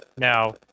Now